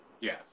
Yes